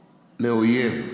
לאויב.